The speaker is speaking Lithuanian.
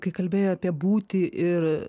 kai kalbėjo apie būtį ir